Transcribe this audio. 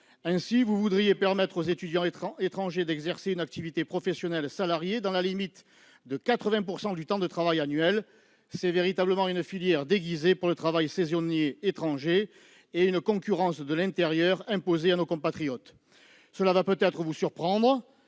Ainsi, vous voudriez permettre aux étudiants étrangers d'exercer une activité professionnelle salariée dans la limite de 80 % du temps de travail annuel : il s'agit véritablement d'une filière déguisée pour le travail saisonnier étranger et une concurrence de l'intérieur imposée à nos compatriotes. Cela va peut-être vous surprendre,